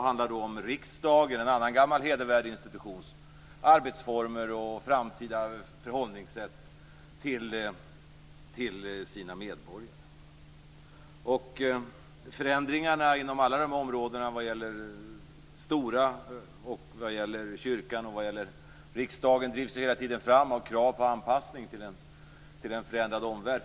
handlar om riksdagen, en annan gammal hedervärd institution, dess arbetsformer och framtida förhållningssätt till medborgarna. Förändringarna inom alla de här områdena, Stora, kyrkan och riksdagen, drivs hela tiden fram av krav på anpassning till en förändrad omvärld.